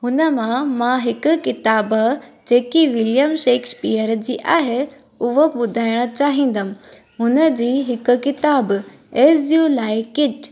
हुन मां मां हिकु किताबु जेकी विलियम शेक्सपियर जी आहे उहो ॿुधाइणु चाहींदमि हुन जी हिकु किताबु एस यू लाइक इट